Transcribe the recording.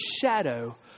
shadow